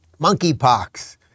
monkeypox